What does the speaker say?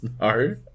No